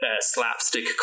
slapstick